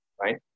right